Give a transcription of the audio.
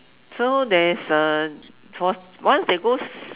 so there is a for~ once they goes